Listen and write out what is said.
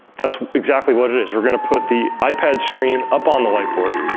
that's exactly what it is. we're going to put the ipad screen up on the whiteboard.